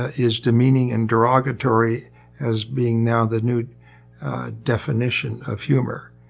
ah is demeaning and derogatory as being now the new definition of humor.